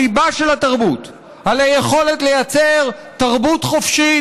על היכולת לייצר תרבות חופשית,